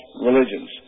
religions